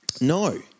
No